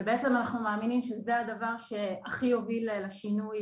שבעצם אנחנו מאמינים שזה הדבר שהכי יוביל לשינוי